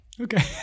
Okay